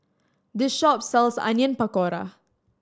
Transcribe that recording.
this shop sells Onion Pakora